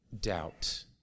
doubt